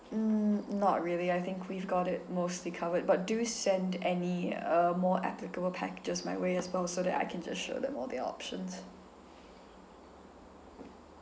n~ not really I think we've got it mostly covered but do send any uh more applicable packages my way as well so that I can just show them all the options